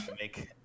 make